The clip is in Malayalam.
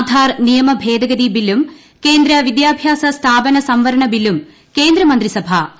ആധാർ നിയമ ഭേദഗതി ബ്ലില്ലും ്കേന്ദ്ര വിദ്യാഭ്യാസ സ്ഥാപന സംവരണ ബ്ദില്ലും കേന്ദ്രമന്ത്രിസഭ അംഗീകരിച്ചു